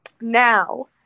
Now